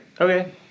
okay